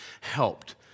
helped